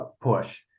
push